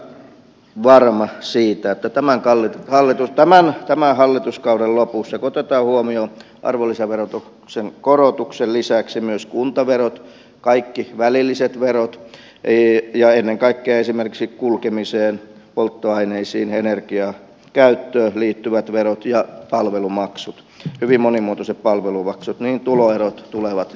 minä olen ihan varma siitä että tämän hallituskauden lopussa kun otetaan huomioon arvonlisäveron korotuksen lisäksi kuntaverot kaikki välilliset verot ja ennen kaikkea esimerkiksi kulkemiseen polttoaineisiin energiankäyttöön liittyvät verot ja palvelumaksut hyvin monimuotoiset palvelumaksut tuloerot tulevat kasvamaan